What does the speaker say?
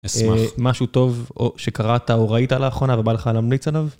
אשמח. משהו טוב שקראת או ראית לאחרונה ובא לך להמליץ עליו?